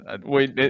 Wait